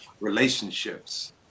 relationships